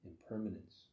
impermanence